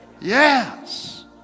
Yes